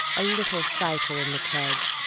a little cider in the keg,